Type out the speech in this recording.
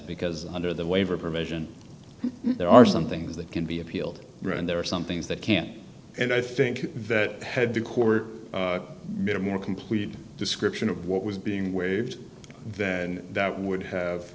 because under the waiver provision there are some things that can be appealed and there are some things that can't and i think that had the court made a more complete description of what was being waived that and that would have